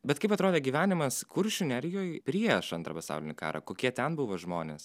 bet kaip atrodė gyvenimas kuršių nerijoj prieš antrą pasaulinį karą kokie ten buvo žmonės